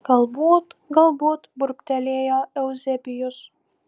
galbūt galbūt burbtelėjo euzebijus